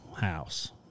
house